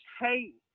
hate